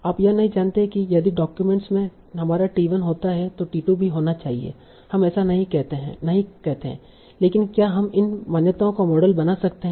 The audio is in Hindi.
आप यह नहीं कहते हैं कि यदि डॉक्यूमेंट में हमारा t1 होता है तो t2 भी होना चाहिए हम ऐसा नहीं कहते हैं लेकिन क्या हम इन मान्यताओं का मॉडल बना सकते हैं